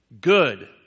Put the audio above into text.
Good